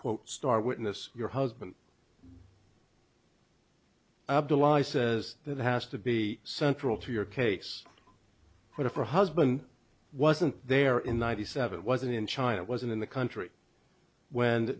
quote star witness your husband abdul i says that has to be central to your case what if her husband wasn't there in ninety seven wasn't in china wasn't in the country when